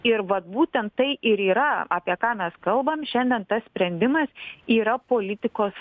ir vat būtent tai ir yra apie ką mes kalbam šiandien tas sprendimas yra politikos